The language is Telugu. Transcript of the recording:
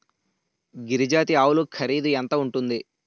గిరి జాతి ఆవులు ఖరీదు ఎంత ఉంటుంది?